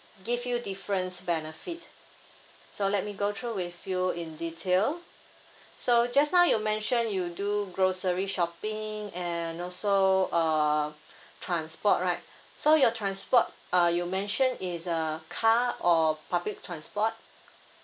give you different benefit so let me go through with you in detail so just now you mention you do grocery shopping and also uh transport right so your transport uh you mention is uh car or public transport